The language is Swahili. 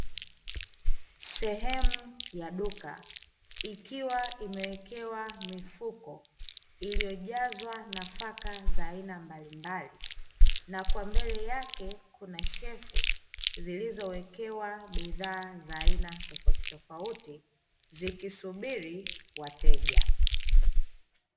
Sehemu ya duka ikiwa imewekewa mifuko iliyojazwa nafaka za aina mbalimbali, na kwa mbele yake kuna shelfu zilizowekewa bidhaa za aina tofautiofauti, zikisubiri wateja.